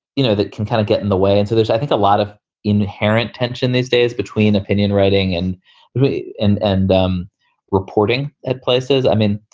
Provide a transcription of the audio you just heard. you know, that can kind of get in the way. and so there's, i think, a lot of inherent tension these days between opinion writing and and and um reporting at places. i mean,